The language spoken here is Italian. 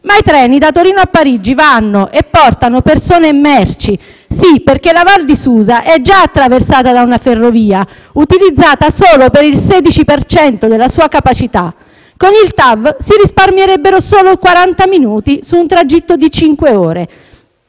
Ma i treni da Torino a Parigi vanno e portano persone e merci perché la Val di Susa è già attraversata da una ferrovia, utilizzata solo per il 16 per cento della sua capacità. Con il TAV si risparmierebbero solo quaranta minuti su un tragitto di cinque